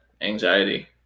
anxiety